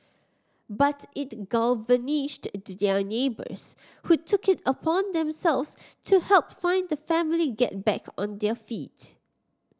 but it galvanised their neighbours who took it upon themselves to help fun the family get back on their feet